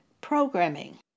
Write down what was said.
programming